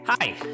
Hi